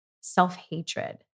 self-hatred